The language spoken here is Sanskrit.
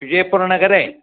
विजयपुरनगरे